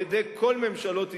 על-ידי כל ממשלות ישראל,